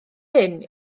hyn